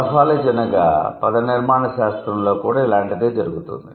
morphology అనగా పద నిర్మాణ శాస్త్రంలో కూడా ఇలాంటిదే జరుగుతోంది